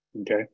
Okay